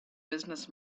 business